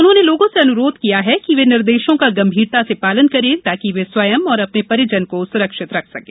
उन्होंने लोगों से अनुरोध किया कि वे निर्देशों का गंभीरता से पालन करें ताकि वे स्वयं और उनके परिजन सुरक्षित रहें